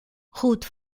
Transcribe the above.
ruth